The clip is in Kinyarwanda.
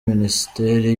minisiteri